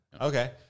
Okay